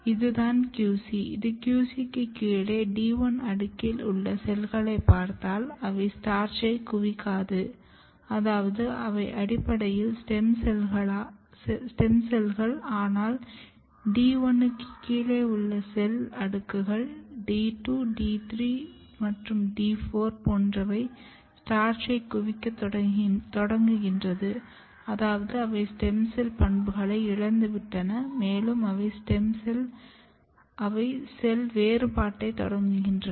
இதுதான் QC இந்த QC க்குக் கீழே D1 அடுக்கில் உள்ள செல்களை பார்த்தால் அவை ஸ்டார்ச்சைக் குவிக்காது அதாவது அவை அடிப்படையில் ஸ்டெம் செல்கள் ஆனால் D1 க்குக் கீழே உள்ள செல் அடுக்குகள் D2 D3 மற்றும் D4 போன்றவை ஸ்டார்ச்சைக் குவிக்கத் தொடங்குகின்றன அதாவது அவை ஸ்டெம் செல் பண்புகளை இழந்துவிட்டன மேலும் அவை செல் வேறுபாட்டைத் தொடங்கின